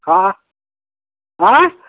हाँ हाँ